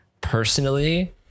personally